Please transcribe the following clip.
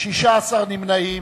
ו-16 נמנעים.